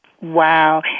Wow